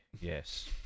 Yes